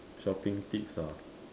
shopping tips ah